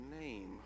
name